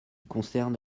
concerne